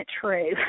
true